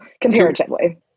Comparatively